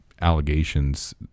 allegations